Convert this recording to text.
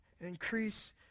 Increase